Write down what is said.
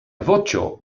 voĉo